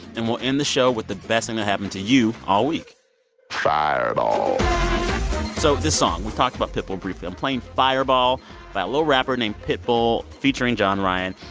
and we'll end the show with the best thing that happened to you all week fireball so this song. we talked about pitbull briefly. i'm playing fireball by a little rapper named pitbull featuring john ryan.